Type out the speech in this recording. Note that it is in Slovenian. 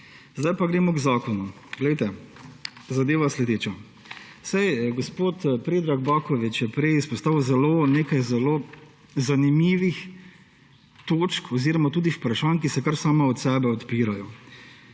Zdaj pa gremo k zakonu. Glejte, zadeva je sledeča. Saj gospod Predrag Baković je prej izpostavil nekaj zelo zanimivih točk oziroma tudi vprašanj, ki se kar sama od sebe odpirajo.